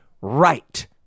right